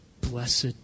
Blessed